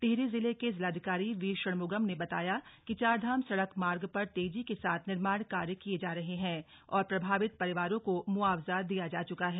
टिहरी जिले के जिलाधिकारी वी शणमुगम ने बताया कि चारधाम सड़क मार्ग पर तेजी के साथ निर्माण कार्य किये जा रहे हैं और प्रभावित परिवारों को मुआवजा दिया जा चुका है